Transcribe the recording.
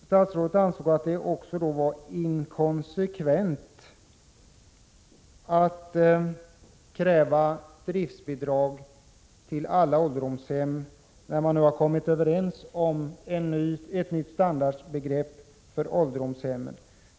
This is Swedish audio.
Statsrådet ansåg att det var inkonsekvent att kräva driftsbidrag till alla ålderdomshem, när man nu har kommit överens om ett nytt standardbegrepp för ålderdomshemmen.